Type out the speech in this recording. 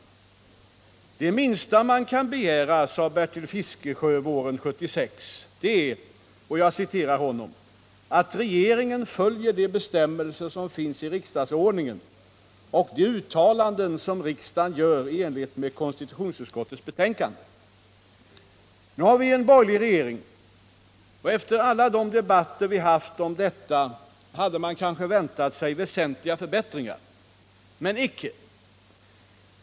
”Det minsta man kan begära”, sade Bertil Fiskesjö våren 1976, ”är att regeringen följer de bestämmelser som finns i riksdagsordningen och de uttalanden som riksdagen gör i enlighet med konstitutionsutskottets betänkande.” Nu har vi en borgerlig regering, och efter alla de debatter som vi har haft om detta hade man kanske väntat sig väsentliga förbättringar. Men icke.